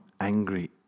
angry